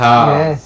Yes